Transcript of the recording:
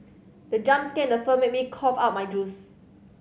the jump scare in the film made me cough out my juice